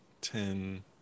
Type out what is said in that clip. ten